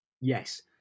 Yes